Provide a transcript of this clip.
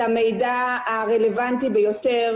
את המידע הרלוונטי ביותר.